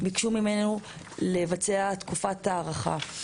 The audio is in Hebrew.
ביקשו מאיתנו לבצע תקופת הארכה.